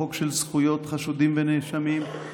בחוק של זכויות חשודים ונאשמים.